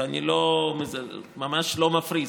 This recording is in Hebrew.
ואני ממש לא מפריז,